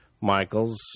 Michaels